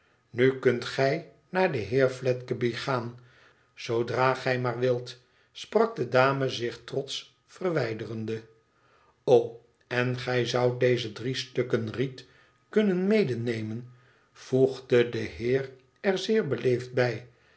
nu kunt gij naar den heer fledgeby gaan zoodra gij maar wilt sprak de dame zich trotsch verwijderende o en gij zoudt deze drie stukken riet kunnen medenemen voegde de heer er zeer beleefd bij